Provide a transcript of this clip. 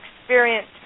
experience